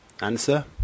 Answer